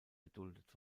geduldet